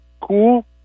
cool